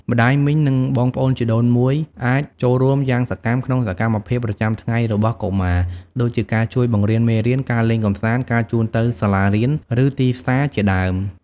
ម្ដាយមីង និងបងប្អូនជីដូនមួយអាចចូលរួមយ៉ាងសកម្មក្នុងសកម្មភាពប្រចាំថ្ងៃរបស់កុមារ ដូចជាការជួយបង្រៀនមេរៀន ការលេងកម្សាន្ត ការជូនទៅសាលារៀន ឬទីផ្សារជាដើម។